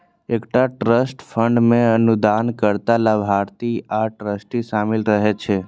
एकटा trust fund मे अनुदानकर्ता, लाभार्थी आ ट्रस्टी शामिल रहै छै